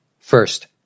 First